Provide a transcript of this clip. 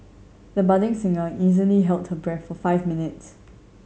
the budding singer easily held her breath for five minutes